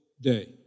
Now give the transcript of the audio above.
day